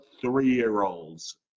three-year-olds